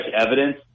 evidence